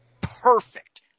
perfect